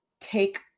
take